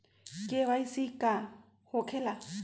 KYC का हो के ला?